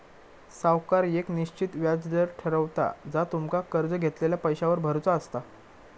सावकार येक निश्चित व्याज दर ठरवता जा तुमका कर्ज घेतलेल्या पैशावर भरुचा असता